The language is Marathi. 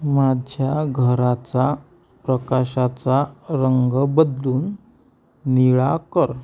माझ्या घराचा प्रकाशाचा रंग बदलून निळा कर